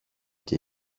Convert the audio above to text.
και